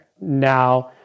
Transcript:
Now